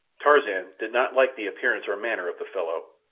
tarzan did not like the appearance or manner of the fellow,